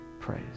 praise